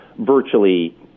virtually